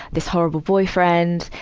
this horrible boyfriend.